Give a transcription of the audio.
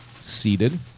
Seated